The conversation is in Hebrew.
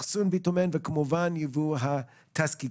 אחסון ביטומן וכמובן ייבוא התזקיקים